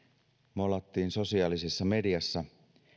mollattiin sosiaalisessa mediassa